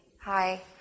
Hi